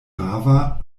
rava